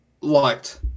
liked